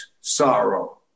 sorrow